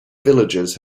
villagers